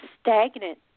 stagnant